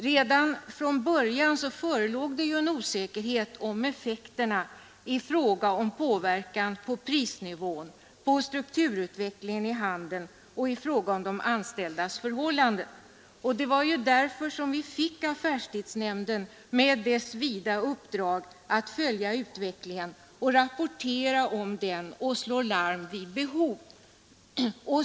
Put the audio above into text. Redan från början förelåg en osäkerhet i fråga om effekterna på prisnivån och på strukturutvecklingen inom handeln samt i fråga om de anställdas förhållanden, Det var därför vi fick affärstidsnämnden med dess vida uppdrag att följa utvecklingen, rapportera om den och slå larm vid behov.